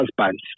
husband